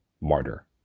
martyr